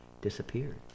disappeared